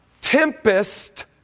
tempest